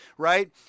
Right